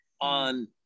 on